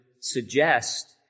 suggest